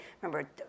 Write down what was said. remember